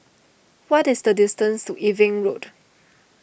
what is the distance to Irving Road